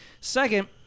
Second